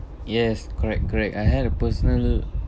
yes correct correct I had a personal